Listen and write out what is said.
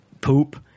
poop